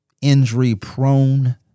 injury-prone